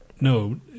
no